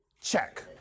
check